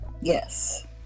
Yes